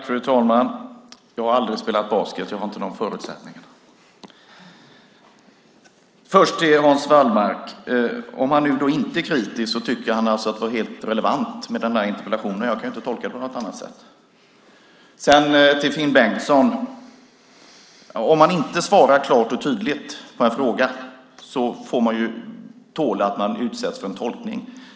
Fru talman! Först vänder jag mig till Hans Wallmark. Om han inte är kritisk tycker han alltså att det var helt relevant med den här interpellationen. Jag kan inte tolka det på annat sätt. Till Finn Bengtsson vill jag säga att om man inte svarar klart och tydligt på en fråga får man tåla att bli utsatt för en tolkning.